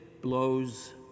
blows